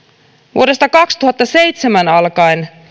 vuodesta kaksituhattaseitsemän alkaen